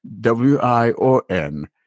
W-I-O-N